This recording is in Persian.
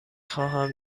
خواهم